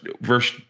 verse